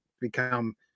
become